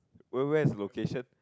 where where is the location